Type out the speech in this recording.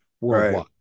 worldwide